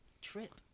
trip